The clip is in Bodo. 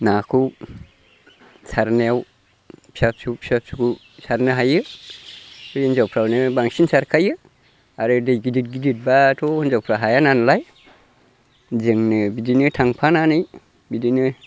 नाखौ सारनायाव फिसा फिसौ फिसा फिसौ सारनो हायो बे हिनजावफ्रानो बांसिन सारखायो आरो दै गिदिर गिदिरब्लाथ' हिनजावफ्रा हायानालाय जोंनो बिदिनो थांफानानै बिदिनो